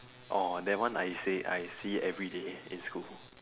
orh that one I say I see it everyday in school